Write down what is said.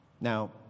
Now